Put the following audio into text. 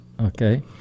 Okay